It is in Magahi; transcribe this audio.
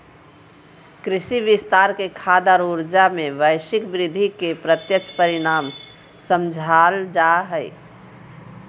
कृषि विस्तार के खाद्य और ऊर्जा, में वैश्विक वृद्धि के प्रत्यक्ष परिणाम समझाल जा हइ